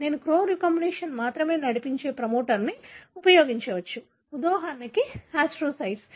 నేను క్రో రీకాంబినేస్ని మాత్రమే నడిపించే ప్రమోటర్ను ఉపయోగించవచ్చు ఉదాహరణకు ఆస్ట్రోసైట్స్